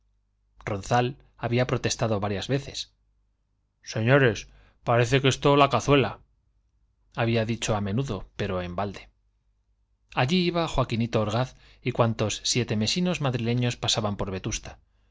ronzal había protestado varias veces señores parece esto la cazuela había dicho a menudo pero en balde allí iba joaquinito orgaz y cuantos sietemesinos madrileños pasaban por vetusta